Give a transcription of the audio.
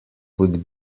would